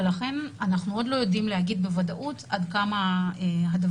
ולכן אנחנו עוד לא יודעים להגיד בוודאות עד כמה הדבר